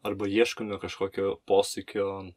arba ieškome kažkokio posūkio